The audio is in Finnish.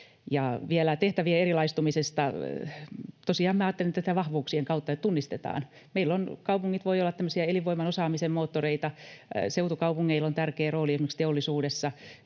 Vielä tehtävien erilaistumisesta: Tosiaan ajattelen tätä vahvuuksien kautta, niin että tunnistetaan, että meillä kaupungit voivat olla tämmöisiä elinvoiman ja osaamisen moottoreita, seutukaupungeilla on tärkeä rooli esimerkiksi teollisuudessa,